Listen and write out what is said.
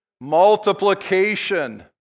multiplication